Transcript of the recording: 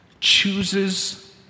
chooses